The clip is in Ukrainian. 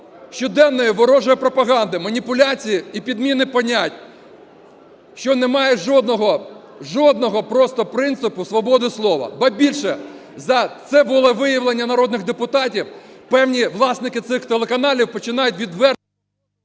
щоденної ворожої пропаганди, маніпуляції і підміни понять, що немає жодного, жодного просто принципу свободи слова. Ба, більше. За це волевиявлення народних депутатів певні власники цих телеканалів починають відверто…